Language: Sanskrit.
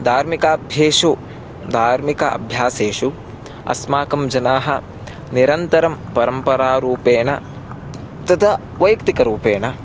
धार्मिकाभ्यासेषु धार्मिक अभ्यासेषु अस्माकं जनाः निरन्तरं परम्परारूपेण तथा वैयक्तिकरूपेण